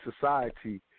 society